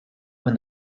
when